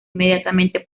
inmediatamente